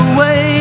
Away